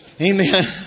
Amen